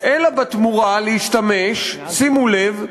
אלא בתמורה להשתמש, שימו לב,